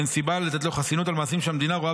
אין סיבה לתת לו חסינות על מעשים שהמדינה רואה